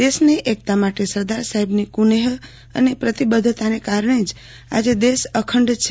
દેશની એકતા માટે સરદાર સાહેબની કુનેહ અને પ્રતિબદ્ધતાને કરને જ આજે દેશ અખંડ છે